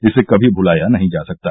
इसे कमी भुलाया नही जा सकता